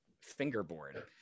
fingerboard